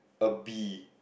a bee